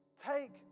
Take